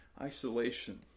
isolation